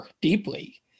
deeply